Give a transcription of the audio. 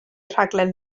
raglen